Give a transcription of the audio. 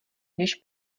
než